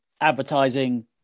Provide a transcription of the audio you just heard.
advertising